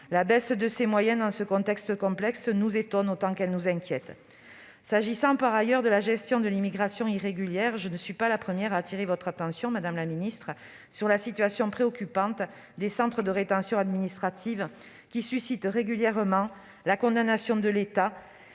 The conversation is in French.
La baisse de ses moyens dans ce contexte complexe nous étonne autant qu'elle nous inquiète. S'agissant par ailleurs de la gestion de l'immigration irrégulière, je ne suis pas la première à attirer votre attention, madame la ministre, sur la situation préoccupante des centres de rétention administrative, qui suscitent régulièrement la condamnation de l'État